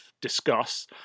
discuss